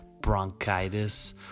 bronchitis